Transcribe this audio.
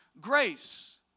grace